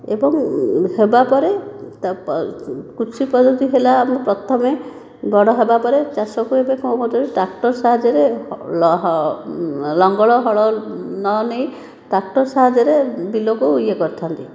ଏବଂ ହେବାପରେ କୃଷି ପଦ୍ଧତି ହେଲା ଆମେ ପ୍ରଥମେ ବଡ଼ ହବା ପରେ ଚାଷକୁ ଏବେ କ'ଣ କରୁଛନ୍ତି ଟ୍ରାକ୍ଟର ସହାଯ୍ୟରେ ହଲ ଲଙ୍ଗଳ ହଳ ନ ନେଇ ଟ୍ରାକ୍ଟର ସହାଯ୍ୟରେ ବିଲକୁ ଇଏ କରିଥାନ୍ତି